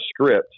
script